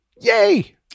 Yay